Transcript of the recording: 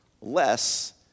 less